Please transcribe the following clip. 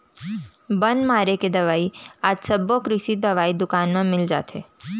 बन मारे के दवई आज सबो कृषि दवई दुकान म मिल जाथे